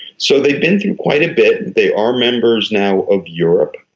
so they've been through quite a bit. they are members now of europe,